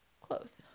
Close